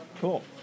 Cool